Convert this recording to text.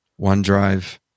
OneDrive